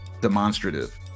demonstrative